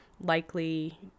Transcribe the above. likely